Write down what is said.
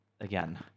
again